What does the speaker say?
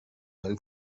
ولی